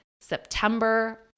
September